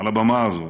על הבמה הזאת,